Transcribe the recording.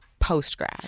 post-grad